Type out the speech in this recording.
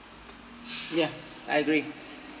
ya I agree